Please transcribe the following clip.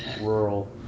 rural